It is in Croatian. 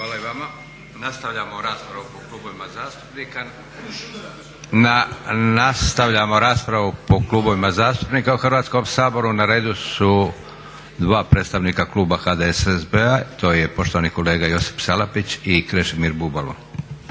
Hvala i vama. Nastavljamo raspravu po klubovima zastupnika. Na redu su dva predstavnika kluba HDSSB-a to je poštovani kolega Josip Salapić i Krešimir Bubalo.